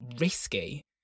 risky